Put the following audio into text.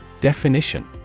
Definition